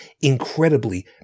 incredibly